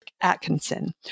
Atkinson